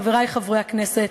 חברי חברי הכנסת,